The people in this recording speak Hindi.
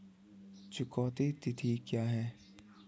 चुकौती तिथि क्या है?